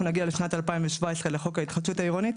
נגיע לשנת 2017 לחוק ההתחדשות העירונית,